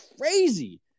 crazy